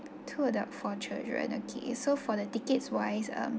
two adult four children okay so for the tickets wise um